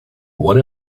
what